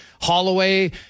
Holloway